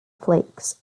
flakes